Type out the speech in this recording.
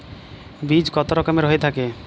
বীজ কত রকমের হয়ে থাকে?